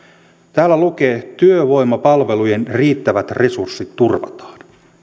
täällä lukee työvoimapalvelujen riittävät resurssit turvataan